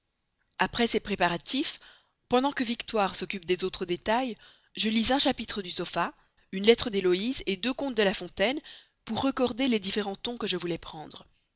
après ces préparatifs pendant que victoire s'occupe des autres détails je lis un chapitre du sopha une lettre d'héloïse deux contes de la fontaine pour recorder les différents tons que je voulais prendre